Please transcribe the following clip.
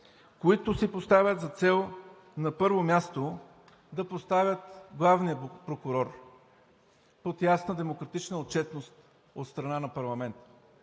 които си поставят за цел, на първо място, да поставят главния прокурор под ясна демократична отчетност от страна на парламента.